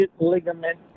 ligament